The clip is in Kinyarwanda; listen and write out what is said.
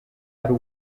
ari